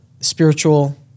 spiritual